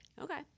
okay